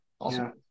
awesome